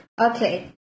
Okay